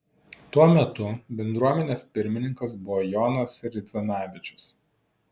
tuo metu bendruomenės pirmininkas buvo jonas ridzvanavičius